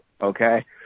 okay